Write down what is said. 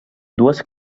dues